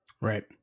right